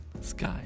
sky